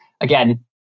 Again